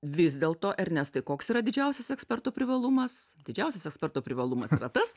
vis dėlto ernestai koks yra didžiausias ekspertų privalumas didžiausias eksporto privalumas yra tas